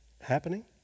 happening